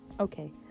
okay